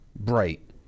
bright